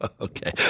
Okay